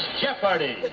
jeopardy.